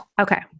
Okay